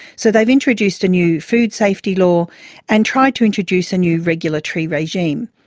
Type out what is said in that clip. so they've introduced a new food safety law and tried to introduce a new regulatory regime.